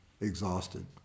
exhausted